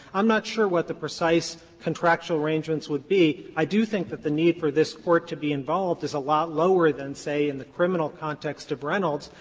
i'm not sure what the precise contractual arrangements would be. i do think that the need for this court to be involved is a lot lower than, say, in the criminal context of reynolds,